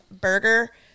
burger